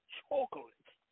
chocolate